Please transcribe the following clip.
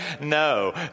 no